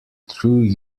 through